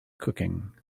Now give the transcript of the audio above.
cooking